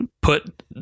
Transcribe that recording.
put